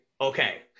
okay